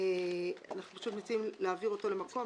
אנחנו מציעים להעביר מקום.